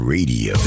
Radio